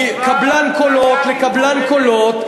בסופו של דבר, מקבלן קולות לקבלן קולות.